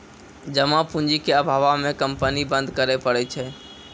जमा पूंजी के अभावो मे कंपनी बंद करै पड़ै छै